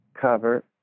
cover